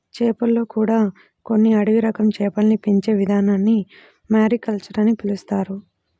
చేపల్లో కూడా కొన్ని అడవి రకం చేపల్ని పెంచే ఇదానాన్ని మారికల్చర్ అని పిలుత్తున్నారు